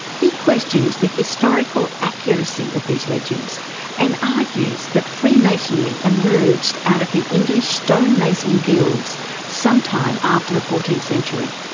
he questions the historical accuracy of these legends and argues that freemasonry emerged out of the english stonemason guilds sometime after the fourteenth century.